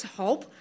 hope